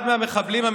זה, של האופוזיציה.